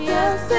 Yes